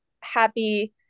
happy